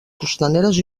costaneres